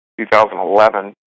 2011